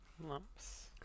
lumps